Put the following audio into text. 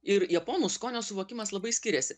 ir japonų skonio suvokimas labai skiriasi